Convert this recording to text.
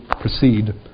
proceed